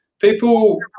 people